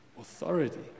authority